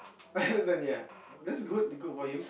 that's good good for you